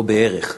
או בערך,